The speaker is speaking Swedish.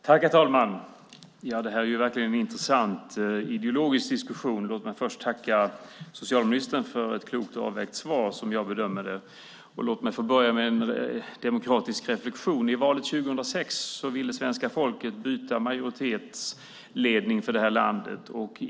Herr talman! Det här är verkligen en intressant ideologisk diskussion. Låt mig först tacka socialministern för ett klokt avvägt svar, som jag bedömer det. Låt mig sedan göra en demokratisk reflexion. I valet 2006 ville svenska folket byta majoritetsledning för det här landet.